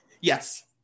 Yes